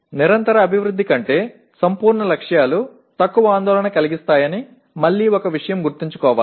தொடர்ச்சியான முன்னேற்றத்தை விட முழுமையான இலக்குகள் குறைவான அக்கறை கொண்டவை என்பதை மீண்டும் ஒரு முறை நினைவில் கொள்ள வேண்டும்